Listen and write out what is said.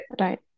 Right